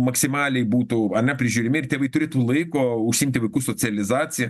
maksimaliai būtų ane prižiūrimi ir tėvai turėtų laiko užsiimti vaikų socializacija